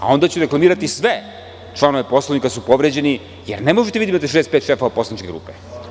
Onda ću reklamirati sve članove Poslovnika, jer su povređeni, jer ne možete vi da imate 65 šefova poslaničke grupe.